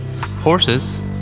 horses